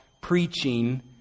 preaching